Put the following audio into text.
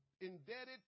indebted